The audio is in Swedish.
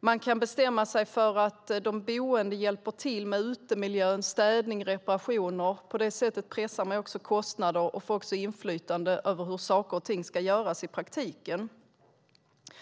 Man kan bestämma sig för att de boende hjälper till med utemiljö, städning och reparationer. På det sättet pressar man också kostnader och får inflytande över hur saker och ting ska göras i praktiken.